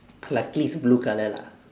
luckily it's blue colour lah